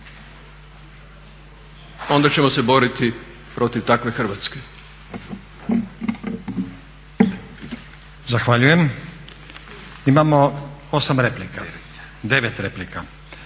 onda ćemo se boriti protiv takve Hrvatske.